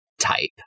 type